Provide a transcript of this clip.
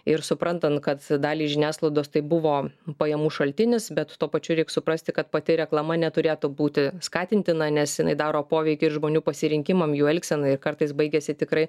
ir suprantant kad daliai žiniasklaidos tai buvo pajamų šaltinis bet tuo pačiu reik suprasti kad pati reklama neturėtų būti skatintina nes jinai daro poveikį ir žmonių pasirinkimam jų elgsenai ir kartais baigiasi tikrai